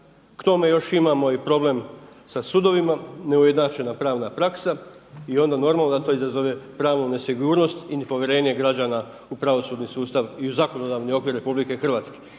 K tome još imamo i problem sa sudovima, neujednačena pravna praksa i onda normalno da to izazove pravnu nesigurnost i nepovjerenje građana u pravosudni sustav i u zakonodavni okvir RH.